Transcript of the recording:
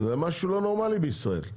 זה משהו לא נורמלי בישראל.